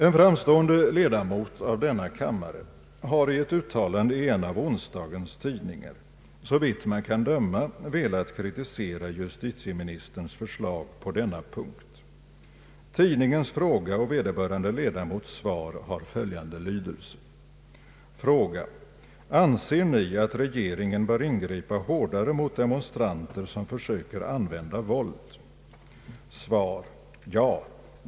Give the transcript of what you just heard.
En framstående ledamot av denna kammare har i ett uttalande i en av onsdagens tidningar såvitt man kan bedöma velat kritisera justitieministerns förslag på denna punkt. Tidningens Svar: Ja.